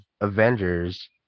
Avengers